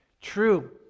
true